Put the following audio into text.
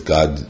God